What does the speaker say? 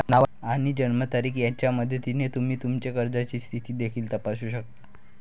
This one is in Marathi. नाव आणि जन्मतारीख यांच्या मदतीने तुम्ही तुमच्या कर्जाची स्थिती देखील तपासू शकता